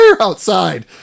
outside